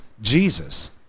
Jesus